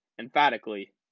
Emphatically